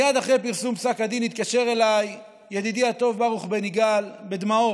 מייד אחרי פרסום פסק הדין התקשר אליי ידידי הטוב ברוך בן יגאל בדמעות,